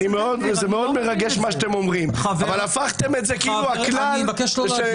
זה מאוד מרגש מה שאתם אומרים אבל הפכתם את זה כאילו הכלל הוא כזה.